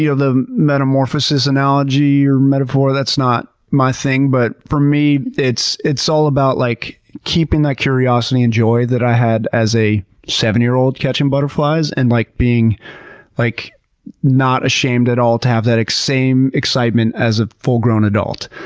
yeah the metamorphosis analogy or metaphor, that's not my thing, but for me it's it's all about like keeping that curiosity and joy that i had as a seven-year old catching butterflies, and like being like not ashamed at all to have that same excitement as a full-grown adult.